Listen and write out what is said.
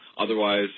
Otherwise